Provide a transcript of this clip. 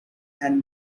and